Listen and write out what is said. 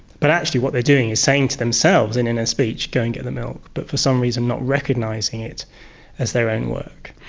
but actually what they are doing is saying to themselves in inner speech, go and get the milk but for some reason not recognising it as their own work.